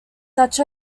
such